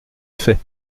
faits